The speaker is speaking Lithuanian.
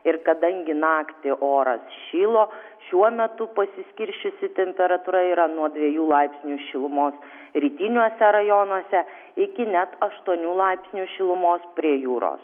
ir kadangi naktį oras šilo šiuo metu pasiskirsčiusi temperatūra yra nuo dviejų laipsnių šilumos rytiniuose rajonuose iki net aštuonių laipsnių šilumos prie jūros